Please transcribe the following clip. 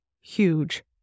huge